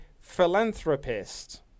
philanthropist